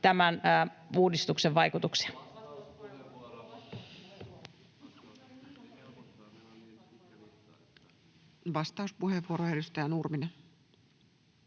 tämän uudistuksen vaikutuksia. Vastauspuheenvuoro, edustaja Nurminen.